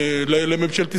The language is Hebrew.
לממשלת ישראל,